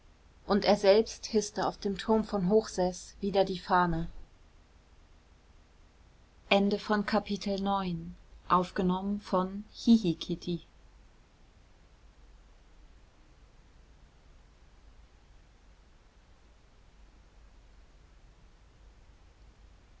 und er selbst hißte auf dem turm von hochseß wieder die fahne